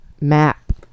map